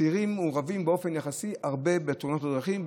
הצעירים מעורבים הרבה באופן יחסי בתאונות דרכים,